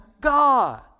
God